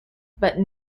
but